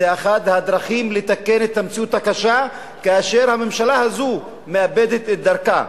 זו אחת הדרכים לתקן את המציאות הקשה כאשר הממשלה הזאת מאבדת את דרכה.